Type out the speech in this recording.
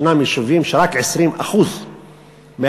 ישנם יישובים שרק 20% מהיישוב